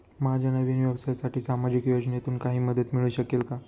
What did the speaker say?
माझ्या नवीन व्यवसायासाठी सामाजिक योजनेतून काही मदत मिळू शकेल का?